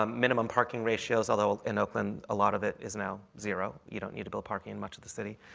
ah minimum parking ratios, although in oakland a lot of it is now zero. you don't need to build parking in much of the city.